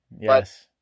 Yes